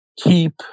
keep